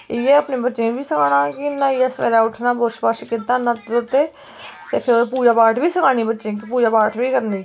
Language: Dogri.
इ'यै अपने बच्चें गी बी सखाना कि न्हाइयै सवेरै उठ्ठना बुर्श ब्रश कीता न्हाते धोते ते फिर पूज़ा पाठ बी सखानी बच्चें गी पूज़ा पाठ बी करनी